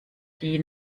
die